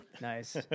Nice